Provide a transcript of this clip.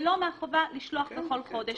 לא מהחובה לשלוח כל חודש.